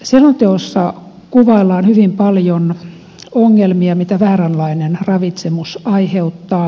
selonteossa kuvaillaan hyvin paljon ongelmia mitä vääränlainen ravitsemus aiheuttaa